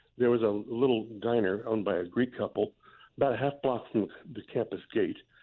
there was a little diner owned by a greek couple about a half block from the campus gate,